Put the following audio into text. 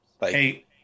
Hey